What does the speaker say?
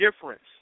difference